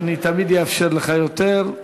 אני תמיד אאפשר לך יותר.